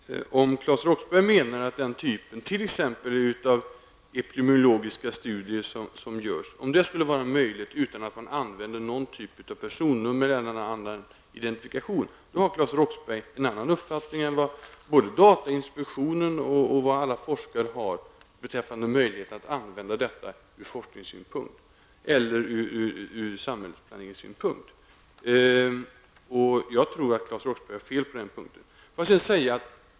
Fru talman! Om Claes Roxbergh menar att den typ av epidemiologiska studier som görs skulle vara möjliga att göra utan att använda någon typ av personnummer eller annan identifikation, har Claes Roxbergh en annan uppfattning än vad både datainspektionen och alla forskare har beträffande möjligheten att använda registren ur forskningssynpunkt eller för samhällsplanering. Jag tror att Claes Roxbergh har fel på den punkten.